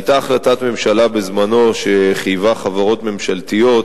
היתה החלטת ממשלה בזמנו שחייבה חברות ממשלתיות